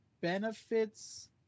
benefits